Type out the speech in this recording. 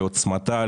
לעוצמתה,